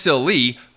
Lee